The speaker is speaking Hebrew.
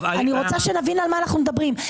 אני רוצה שנבין על מה אנחנו מדברים.